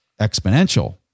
exponential